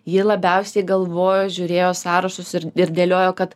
ji labiausiai galvojo žiūrėjo sąrašus ir ir dėliojo kad